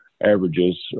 averages